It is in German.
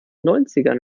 neunzigern